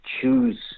choose